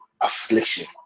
affliction